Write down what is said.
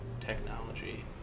technology